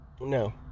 No